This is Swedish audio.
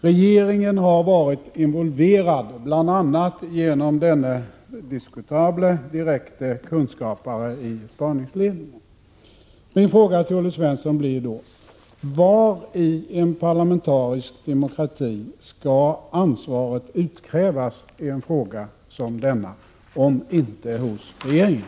Regeringen har varit involverad, bl.a. genom denne diskutable é 5 z å å ö Regeringens åtgärder direkte kunskapare i spaningsledningen. É medanledning av Min fråga till Olle Svensson blir: Var i en parlamentarisk demokrati skall G & 5 ä z ä mordet på statsminister ansvaret utkrävas när det gäller en fråga som denna om inte hos regeringen?